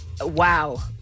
wow